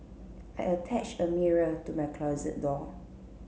I attached a mirror to my closet door